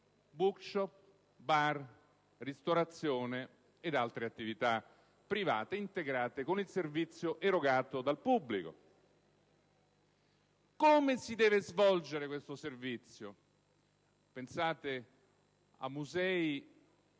*bookshop*, bar, ristorazione ed altre attività private integrate con il servizio erogato dal pubblico. Come si deve svolgere questo servizio? Pensate a musei